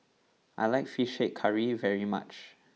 I like Fish Head Curry very much